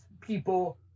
people